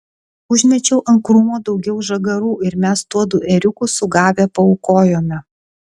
užmečiau ant krūmo daugiau žagarų ir mes tuodu ėriuku sugavę paaukojome